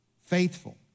faithful